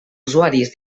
usuaris